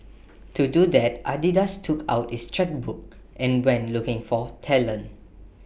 to do that Adidas took out its chequebook and went looking for talent